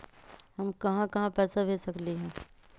हम कहां कहां पैसा भेज सकली ह?